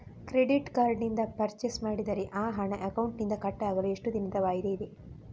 Credit card ನಿಂದ purchase ಮಾಡಿದರೆ ಆ ಹಣ ಅಕೌಂಟಿನಿಂದ ಕಟ್ ಆಗಲು ಎಷ್ಟು ದಿನದ ವಾಯಿದೆ ಇದೆ?